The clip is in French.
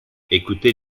écoutez